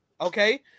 okay